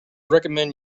recommend